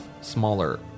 smaller